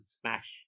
smash